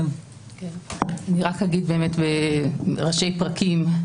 אני אומר בראשי פרקים.